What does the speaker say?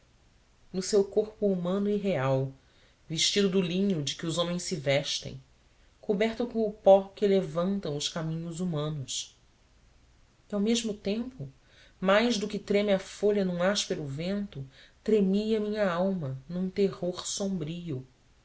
no seu corpo humano e real vestido do linho de que os homens se vestem coberto com o pó que levantam os caminhos humanos e ao mesmo tempo mais do que treme a folha num áspero vento tremia a minha alma num terror sombrio